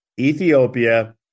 Ethiopia